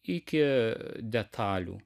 iki detalių